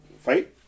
fight